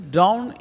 down